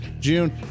June